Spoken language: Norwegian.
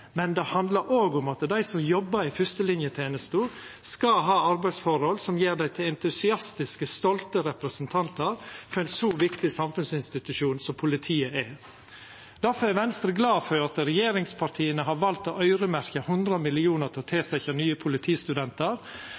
men det handlar òg om at dei som jobbar i fyrstelinjetenesta, skal ha arbeidsforhold som gjer dei til entusiastiske, stolte representantar for ein så viktig samfunnsinstitusjon som politiet er. Difor er Venstre glad for at regjeringspartia har valt å øyremerkja 100 mill. kr til å tilsetja nye politistudentar,